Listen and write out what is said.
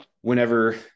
whenever